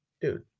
dude